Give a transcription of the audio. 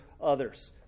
others